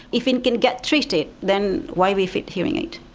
if it can get treated, then why we fit hearing aid?